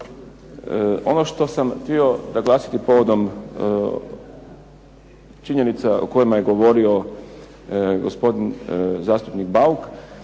Ono što sam htio naglasiti povodom činjenica o kojima je govorio gospodin zastupnik Bauk